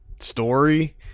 story